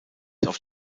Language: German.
auf